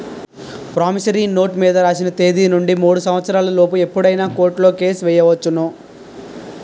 promissory note మీద రాసిన తేదీ నుండి మూడు సంవత్సరాల లోపు ఎప్పుడైనా కోర్టులో కేసు ఎయ్యొచ్చును